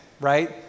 right